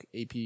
AP